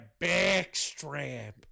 backstrap